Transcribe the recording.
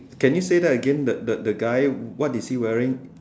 can you say that again the the the guy what what is he wearing